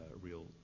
real